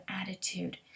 attitude